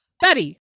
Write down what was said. Betty